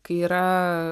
kai yra